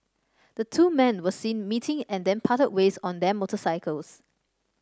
the two men were seen meeting and then parted ways on their motorcycles